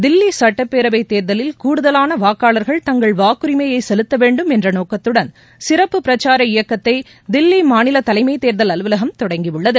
தில்லி சுட்டப்பேரவை தேர்தலில் கூடுதலான வாக்காளர்கள் தங்கள் வாக்குரிமையை செலுத்த வேண்டும் என்ற நோக்கத்துடன் சிறப்பு பிரச்சார இயக்கத்தை தில்லி மாநில தலைமை தேர்தல் அலுவலகம் தொடங்கி உள்ளது